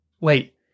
wait